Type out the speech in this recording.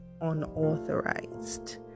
unauthorized